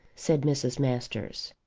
said mrs. masters.